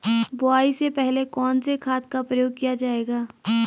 बुआई से पहले कौन से खाद का प्रयोग किया जायेगा?